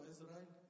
Israel